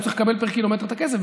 הוא צריך לקבל פר קילומטר את הכסף,